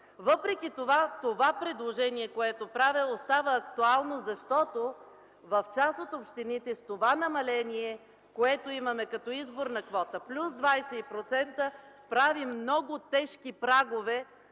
Въпреки това предложението, което правя, остава актуално, защото в част от общините с това намаление, което имаме като избор на квота, плюс 20%, прави много тежки прагове